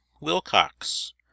Wilcox